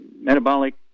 metabolic